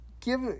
give